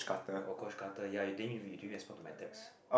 orh Josh-Carter ya he didn't he didn't respond to my text